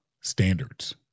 standards